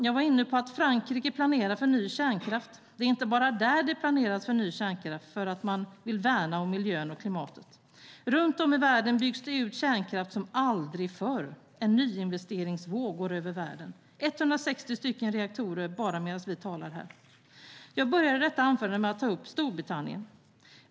Jag var inne på att Frankrike planerar för ny kärnkraft. Det är inte bara där det planeras för ny kärnkraft för att man vill värna om miljön och klimatet. Runt om i världen byggs det ut kärnkraft som aldrig förr. En nyinvesteringsvåg går över världen - 160 reaktorer bara medan vi talar här. Jag började detta anförande med att ta upp Storbritannien.